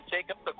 Jacob